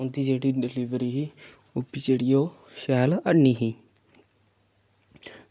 उंदी जेह्ड़ी डिलवरी ही ओह्बी जेह्ड़ी ओह् शैल हैनी ही